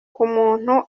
k’umuntu